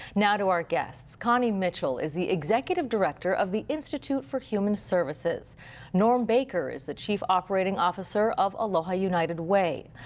now to our guests. connie mitchell is the executive director of the institute for human services norm baker is the chief operating officer of aloha united way.